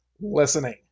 listening